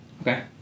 Okay